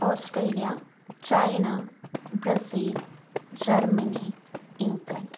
Australia China Brazil Germany England